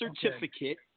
certificate